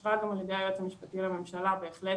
שאושרה גם על ידי היועץ המשפטי לממשלה, בהחלט